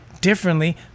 differently